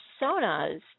personas